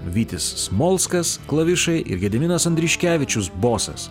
vytis smolskas klavišai ir gediminas andriškevičius bosas